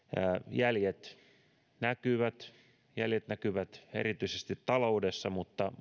jäljet näkyvät jäljet näkyvät erityisesti taloudessa mutta